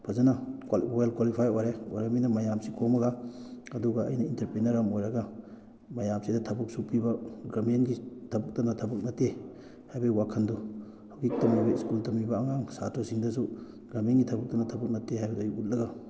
ꯐꯖꯅ well qualify ꯑꯣꯏꯔꯦ ꯑꯣꯏꯔꯃꯤꯅ ꯃꯌꯥꯝꯁꯤ ꯈꯣꯝꯃꯒ ꯑꯗꯨꯒ ꯑꯩꯅ ꯏꯟꯇꯔꯄ꯭ꯔꯤꯅꯔ ꯑꯃ ꯑꯣꯏꯔꯒ ꯃꯌꯥꯝꯁꯤꯗ ꯊꯕꯛꯁꯨ ꯄꯤꯕ ꯒꯔꯃꯦꯟꯒꯤ ꯊꯕꯛꯇꯅ ꯊꯕꯛ ꯅꯠꯇꯦ ꯍꯥꯏꯕꯩ ꯋꯥꯈꯜꯗꯨ ꯍꯧꯖꯤꯛ ꯇꯝꯃꯤꯕ ꯁ꯭ꯀꯨꯜ ꯇꯝꯃꯤꯕ ꯑꯉꯥꯡ ꯁꯥꯇ꯭ꯔꯁꯤꯡꯗꯁꯨ ꯒꯔꯃꯦꯟꯒꯤ ꯊꯕꯛꯇꯅ ꯊꯕꯛ ꯅꯠꯇꯦ ꯍꯏꯕꯗꯨ ꯑꯩ ꯎꯠꯂꯒ